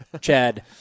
Chad